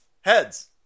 Heads